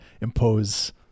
impose